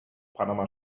panama